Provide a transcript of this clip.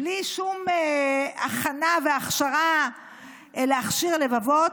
בלי שום הכנה והכשרה להכשיר לבבות.